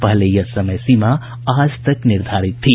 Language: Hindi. पहले यह समय सीमा आज तक निर्धारित थी